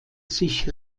sich